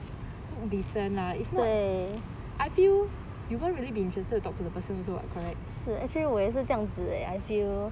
look decent lah if not I feel you won't really be interested to talk to the person also [what] correct